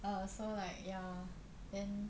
err so like ya then